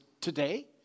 today